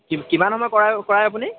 কি কিমান সময় কৰায় কৰায় আপুনি